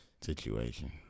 situation